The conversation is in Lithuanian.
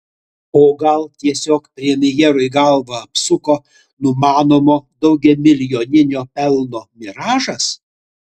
o gal tiesiog premjerui galvą apsuko numanomo daugiamilijoninio pelno miražas